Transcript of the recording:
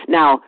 Now